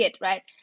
right